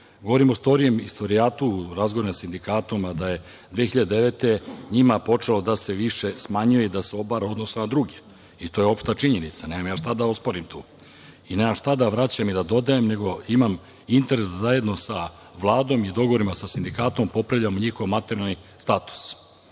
Govorim o istorijatu, razgovor na sindikatu, mada je 2009. godine njima počelo da se više smanjuje i da se obara u odnosu na druge i to je opšta činjenica. Nemam ja šta da osporim tu. Nemam šta da vraćam i da dodajem, nego imam interes da zajedno sa Vladom i u dogovorima sa sindikatom, popravljamo njihov materijalni status.